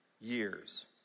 years